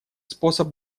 способ